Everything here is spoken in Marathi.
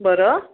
बरं